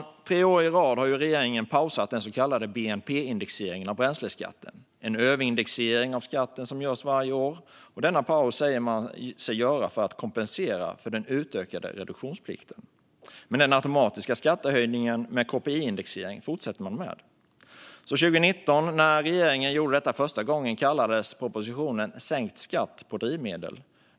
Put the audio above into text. I tre år i rad har regeringen pausat den så kallade bnp-indexeringen av bränsleskatten - en överindexering av skatten som görs varje år. Denna paus säger man sig göra för att kompensera för den utökade reduktionsplikten. Men den automatiska skattehöjningen med KPI-indexering fortsätter man med. År 2019, när regeringen gjorde detta första gången, kallades propositionen Sänkt skatt på drivmedel .